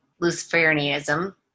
Luciferianism